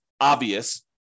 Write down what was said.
obvious